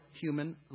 human